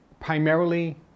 Primarily